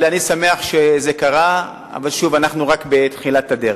אני שמח שזה קרה, אבל שוב, אנחנו רק בתחילת הדרך.